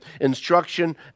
instruction